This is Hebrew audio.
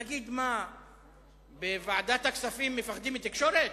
תגיד, בוועדת הכספים מפחדים מתקשורת?